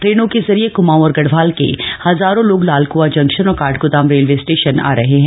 ट्रेनों के जरिये कुमाऊं और गढ़वाल के हजारों लोग लालकुआं जंक्शन और काठगोदाम रेलवे स्टेशन आ रहे हैं